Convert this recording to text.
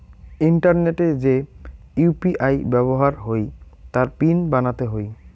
ইন্টারনেটে যে ইউ.পি.আই ব্যাবহার হই তার পিন বানাতে হই